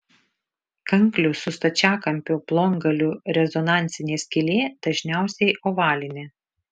kanklių su stačiakampiu plongaliu rezonansinė skylė dažniausiai ovalinė